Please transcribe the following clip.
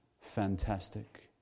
fantastic